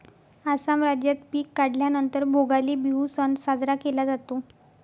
आसाम राज्यात पिक काढल्या नंतर भोगाली बिहू सण साजरा केला जातो